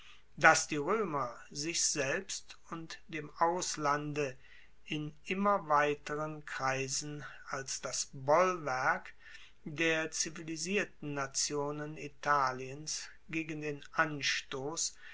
dass die roemer sich selbst und dem auslande in immer weiteren kreisen als das bollwerk der zivilisierten nationen italiens gegen den anstoss